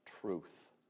truth